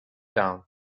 down